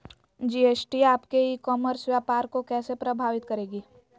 GST आपके e commerce व्यापार को कैसे प्रभावित करेगी?